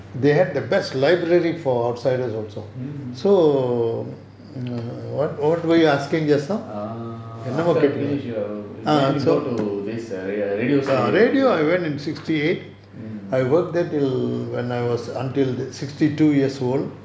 mm err after finish your then you go to this radio station mm